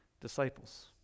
disciples